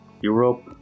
Europe